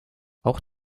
auch